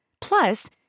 Plus